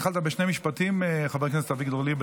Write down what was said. התחלת בשני משפטים שאהבתי.